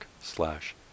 slash